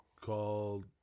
called